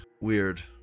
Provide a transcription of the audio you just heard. Weird